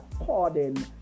according